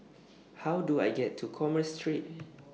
How Do I get to Commerce Street